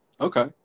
Okay